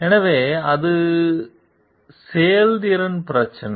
எனவே அது செயல்திறன் பிரச்சினை